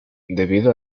debido